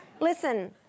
Listen